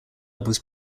was